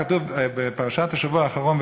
כתוב בפרשת השבוע האחרונה,